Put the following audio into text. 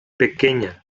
pequeña